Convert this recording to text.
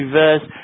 verse